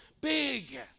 Big